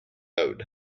owed